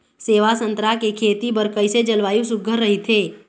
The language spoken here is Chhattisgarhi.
सेवा संतरा के खेती बर कइसे जलवायु सुघ्घर राईथे?